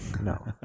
No